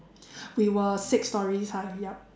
we were six storeys high yup